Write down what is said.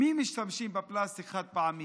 מי משתמשים בפלסטיק חד-פעמי?